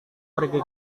pergi